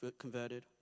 converted